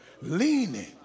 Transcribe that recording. Leaning